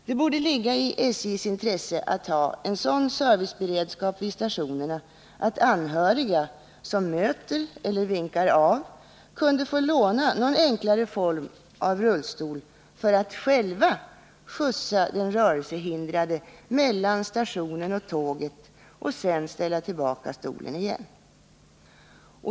Det borde ligga i SJ:s intresse att ha en sådan serviceberedskap vid stationerna att anhöriga som möter eller vinkar av rörelsehindrade kunde få låna någon enklare form av rullstol för att själva skjutsa den rörelsehindrade mellan stationen och tåget och sedan ställa tillbaka stolen igen.